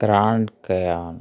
grand cayman